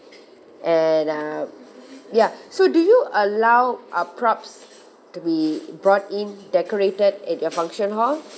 and um ya so do you allow uh props to be brought in decorated at your function hall